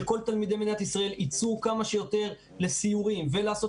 שכל תלמידי מדינת ישראל ייצאו כמה שיותר לסיורים ולעשות